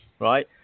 right